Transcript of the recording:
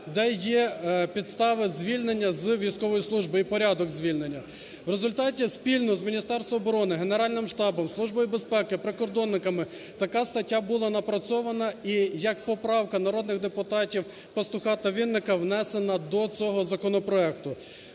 де є підстави звільнення з військової служби і порядок звільнення. В результаті спільно з Міністерством оборони, Генеральним штабом, Службою безпеки, прикордонниками така стаття була напрацьована і як поправка народних депутатів Пастуха та Вінника внесена до цього законопроекту.